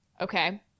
Okay